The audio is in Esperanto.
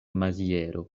maziero